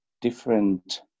different